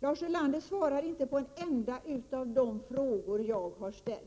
Lars Ulander svarade inte på en enda av de frågor jag ställde.